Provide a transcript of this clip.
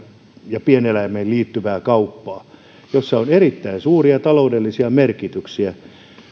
ja pieneläimiin liittyvää kauppaa jossa on erittäin suuria taloudellisia merkityksiä